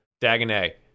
Dagonet